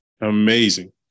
Amazing